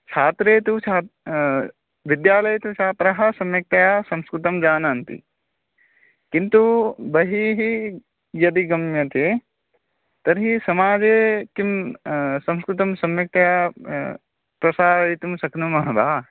छात्राः तु छा विद्यालये तु छात्राः सम्यक्तया संस्कृतं जानन्ति किन्तु बहिः यदि गम्यते तर्हि समाजे किं संस्कृतं सम्यक्तया प्रसारयितुं शक्नुमः वा